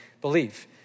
believe